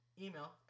email